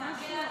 ממש לא.